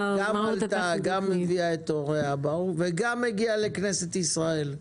גם הביאה את הוריה וגם הגיעה לכנסת ישראל.